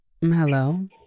Hello